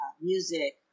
music